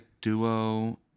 duo